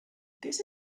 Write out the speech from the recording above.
this